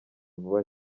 vuba